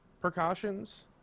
precautions